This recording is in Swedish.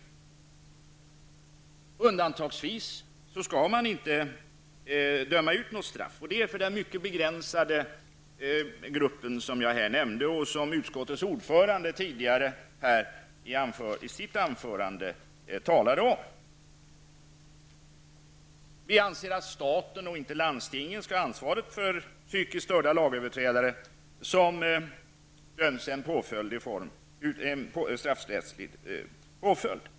Endast undantagsvis skall man inte utdöma något straff, och det gäller för den begränsade grupp som jag nämnde och som utskottets ordförande talade om i sitt anförande. Vi anser att staten och inte landstingen skall ha ansvar för psykiskt störda lagöverträdare som döms till en straffrättslig påföljd.